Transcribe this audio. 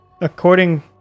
according